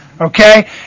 Okay